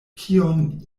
kion